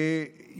נדמה לי,